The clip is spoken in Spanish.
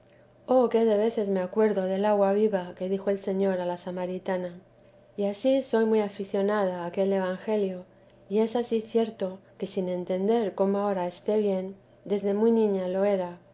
oh qué de veces me acuerdo del agua viva que dijo el señor a la samaritana y ansí soy muy aficionada a aquel evangelio y es ansí cierto que sin entender como ahora este bien desde muy niña lo era